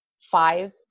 five